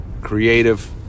creative